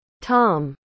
Tom